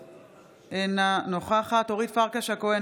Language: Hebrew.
אינה נוכחת אורית פרקש הכהן,